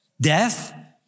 Death